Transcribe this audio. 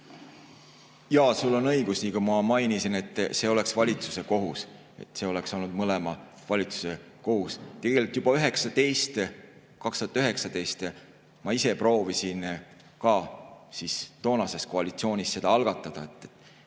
Jaa, sul on õigus. Nii nagu ma mainisin, see oleks valitsuse kohus, see oleks olnud mõlema valitsuse kohus. Tegelikult juba 2019 ka ma ise proovisin toonases koalitsioonis seda algatada,